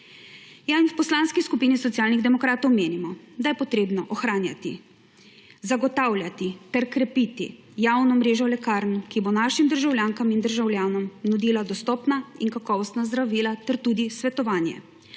V Poslanski skupini Socialnih demokratov menimo, da je potrebno ohranjati, zagotavljati ter krepiti javno mrežo lekarn, ki bo našim državljankam in državljanom nudila dostopna in kakovostna zdravila ter tudi svetovanje.